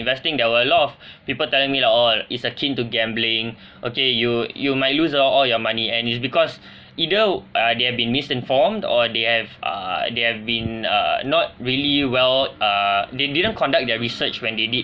investing there were a lot of people telling me that orh it's akin to gambling okay you you might lose all your money and is because either uh they have been misinformed or they have uh they have been err not really well err they didn't conduct their research when they did